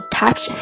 touch